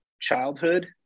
childhood